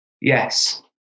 yes